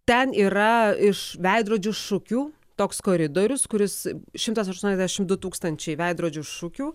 ten yra iš veidrodžių šukių toks koridorius kuris šimtas aštuoniasdešimt du tūkstančiai veidrodžių šukių